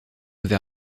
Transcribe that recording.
vers